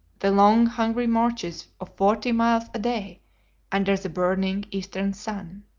the long hungry marches of forty miles a day under the burning eastern sun.